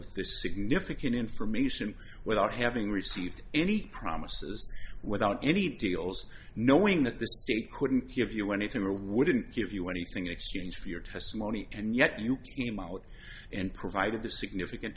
with this significant information without having received any promises without any deals knowing that the state couldn't give you anything or wouldn't give you anything in exchange for your testimony and yet you came out and provided the significant